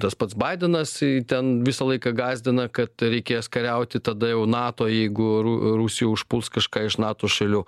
tas pats baidenas ten visą laiką gąsdina kad reikės kariauti tada jau nato jeigu ru rusija užpuls kažką iš nato šalių